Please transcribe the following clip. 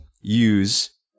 use